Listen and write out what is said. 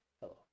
Hello